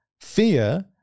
fear